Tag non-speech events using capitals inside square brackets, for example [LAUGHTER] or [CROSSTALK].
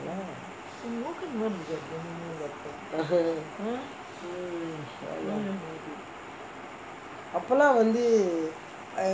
[LAUGHS] mm அப்போலாம் வந்து:appolaam vanthu